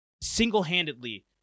single-handedly